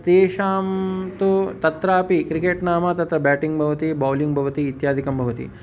तेषां तु तत्रापि क्रिकेट् नाम तत्र ब्याटिङ्ग् भवति बोलिङ्ग् भवति इत्यादिकं भवति